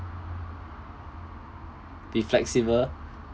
the flexible